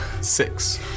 six